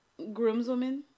groomswoman